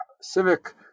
civic